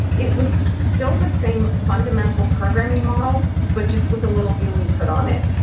it was still the same fundamental programming model, but just with a little gui put on it.